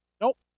nope